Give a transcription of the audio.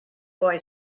boy